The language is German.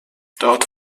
dort